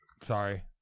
sorry